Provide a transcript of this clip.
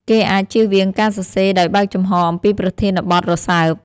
គេអាចជៀសវាងការសរសេរដោយបើកចំហអំពីប្រធានបទរសើប។